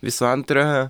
visų antra